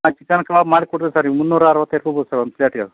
ಅದು chicken kebab ಮಾಡಿಕೊಡ್ತೇವ್ sir ಮುನ್ನೂರ ಅರವತ್ತೈದು ಹೋಗುತ್ತೆ ಸರ್ ಒಂದು ಪ್ಲೇಟಿಗೆ ಅದು